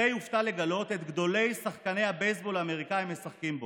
ריי הופתע לגלות את גדולי שחקני הבייסבול האמריקאים משחקים בו.